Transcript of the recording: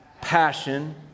passion